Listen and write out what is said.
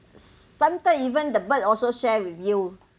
sometime even the bird also share with you